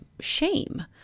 shame